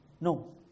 no